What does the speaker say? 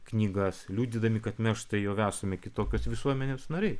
knygas liudydami kad mes štai jau esame kitokios visuomenės nariai